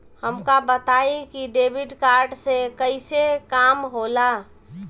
हमका बताई कि डेबिट कार्ड से कईसे काम होला?